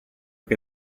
che